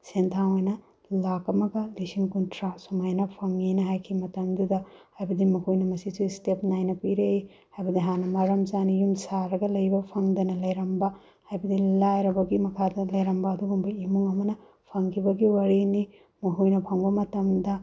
ꯁꯦꯟꯊꯥꯡ ꯑꯣꯏꯅ ꯂꯥꯛ ꯑꯃꯒ ꯂꯤꯁꯤꯡ ꯀꯨꯟꯊ꯭ꯔꯥ ꯁꯨꯃꯥꯏꯅ ꯐꯪꯏꯅ ꯍꯥꯏꯈꯤ ꯃꯇꯝꯗꯨꯗ ꯍꯥꯏꯕꯗꯤ ꯃꯈꯣꯏꯅ ꯃꯁꯤꯁꯦ ꯁ꯭ꯇꯦꯞ ꯅꯥꯏꯅ ꯄꯤꯔꯛꯏ ꯍꯥꯏꯕꯗꯤ ꯍꯥꯟꯅ ꯃꯇꯝ ꯆꯥꯅ ꯌꯨꯝ ꯁꯥꯔꯒ ꯂꯩꯕ ꯐꯪꯗꯅ ꯂꯩꯔꯝꯕ ꯍꯥꯏꯕꯗꯤ ꯂꯥꯏꯔꯕꯒꯤ ꯃꯈꯥꯗ ꯂꯩꯔꯝꯕ ꯑꯗꯨꯒꯨꯝꯕ ꯏꯃꯨꯡ ꯑꯃꯅ ꯐꯪꯈꯤꯕꯒꯤ ꯋꯥꯔꯤꯅꯤ ꯃꯈꯣꯏꯅ ꯐꯪꯕ ꯃꯔꯝꯗ